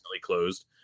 closed